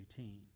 18